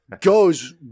goes